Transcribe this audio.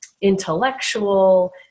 intellectual